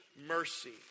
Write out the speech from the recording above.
mercy